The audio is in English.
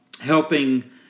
helping